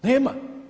Nema.